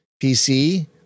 PC